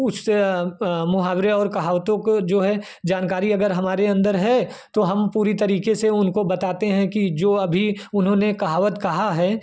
उस मुहावरे और कहावतों को जो है जानकारी अगर हमारे अंदर है तो हम पूरी तरीके से उनको बताते हैं कि जो अभी उन्होंने कहावत कहा है